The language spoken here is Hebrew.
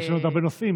יש עוד הרבה נושאים.